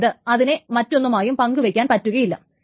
അതായത് അതിനെ മറ്റൊന്നുമായും പങ്കുവയ്ക്കുവാൻ പറ്റുകയില്ല